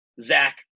Zach